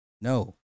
No